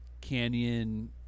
canyon